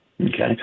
Okay